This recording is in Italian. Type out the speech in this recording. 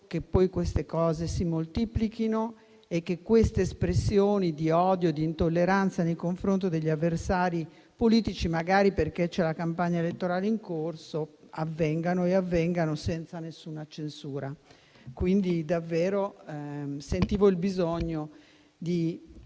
che queste cose si moltiplichino e che queste espressioni di odio e di intolleranza nei confronti degli avversari politici, magari perché c'è la campagna elettorale in corso, avvengano senza nessuna censura. Sentivo davvero il bisogno di